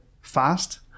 fast